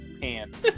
pants